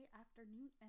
afternoon